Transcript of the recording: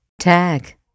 Tag